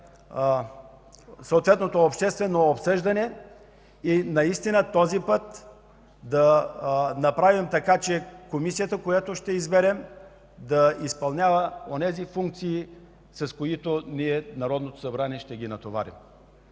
съответното обществено обсъждане и наистина този път да направим така, че Комисията, която ще изберем, да изпълнява онези функции, с които ние, Народното събрание, ще ги натоварим.